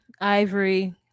ivory